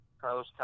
Carlos